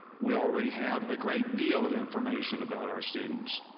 we already have a great deal of information about our students.